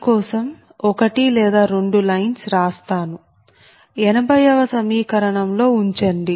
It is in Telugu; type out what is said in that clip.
మీకోసం 1 లేదా 2 లైన్స్ రాస్తాను 80 వ సమీకరణం లో ఉంచండి